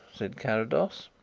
said carrados.